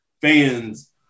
fans